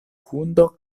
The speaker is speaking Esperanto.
hundo